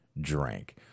drank